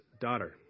daughter